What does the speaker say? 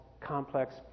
complex